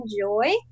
enjoy